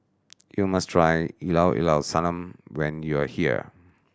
you must try Llao Llao Sanum when you are here